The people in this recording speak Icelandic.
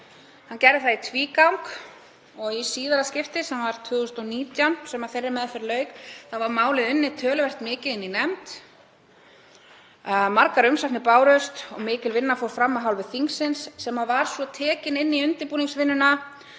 Hann gerði það í tvígang og í síðara skiptið sem þeirri meðferð lauk, sem var árið 2019, var málið unnið töluvert mikið í nefnd. Margar umsagnir bárust og mikil vinna fór fram af hálfu þingsins sem var svo tekin inn í undirbúningsvinnuna